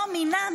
לא מינה,